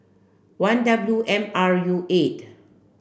one W M R U eight